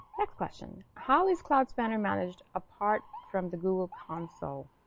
next question, how is cloud spanner managed apart from the google console?